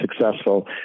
successful